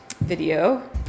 video